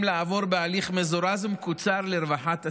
לעבור בהליך מזורז ומקוצר לרווחת הציבור,